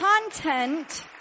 content